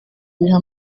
biriho